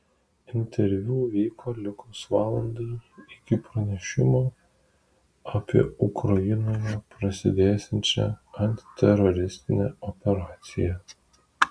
interviu vyko likus valandai iki pranešimo apie ukrainoje prasidėsiančią antiteroristinę operaciją